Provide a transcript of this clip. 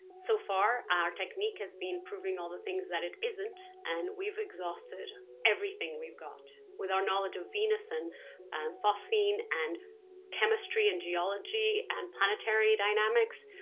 so far, our technique has been proving all the things that it isn't, and we've exhausted everything we've got. with our knowledge of venus and and phosphine and chemistry and geology and planetary dynamics,